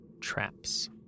traps